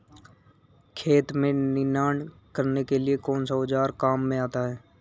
खेत में निनाण करने के लिए कौनसा औज़ार काम में आता है?